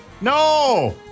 No